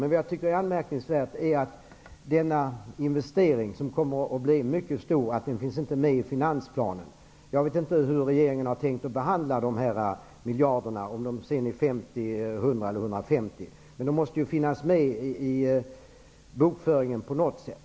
Jag tycker att det är anmärkningsvärt att denna investering, som kommer att bli mycket stor, inte finns med i finansplanen. Jag vet inte hur regeringen har tänkt att behandla dessa miljarder. Oavsett om det rör sig om 50, 100 eller 150 miljarder måste de finnas med i bokföringen på något sätt.